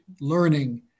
learning